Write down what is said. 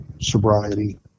sobriety